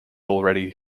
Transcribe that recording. already